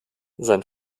sein